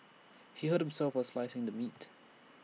he hurt himself while slicing the meat